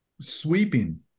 sweeping